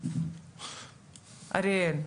הראל,